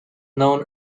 known